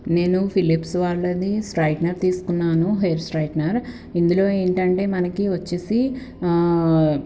నేను ఫిలిప్స్ వాళ్ళది స్ట్రయిట్నర్ తీసుకున్నాను హెయిర్ స్ట్రయిట్నర్ ఇందులో ఏంటంటే మనకి వచ్చేసి